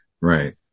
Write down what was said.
Right